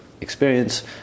Experience